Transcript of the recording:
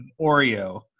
Oreo